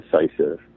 decisive